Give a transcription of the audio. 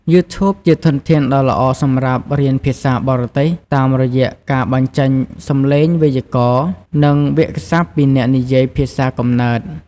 យូធូប ជាធនធានដ៏ល្អសម្រាប់រៀនភាសាបរទេស តាមរយៈការបញ្ចេញសំឡេង វេយ្យាករណ៍ និងវាក្យសព្ទពីអ្នកនិយាយភាសាកំណើត។